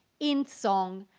in song,